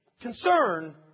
concern